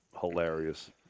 hilarious